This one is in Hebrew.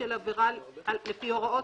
נתקבלו.